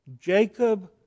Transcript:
Jacob